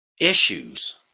issues